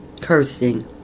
Cursing